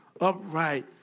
upright